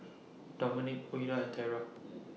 Dominic Ouida and Terra